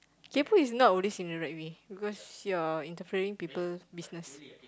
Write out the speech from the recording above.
kaypo is not always in the right me because you are interpreting people business